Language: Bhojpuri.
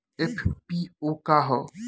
एफ.पी.ओ का ह?